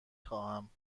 خواهم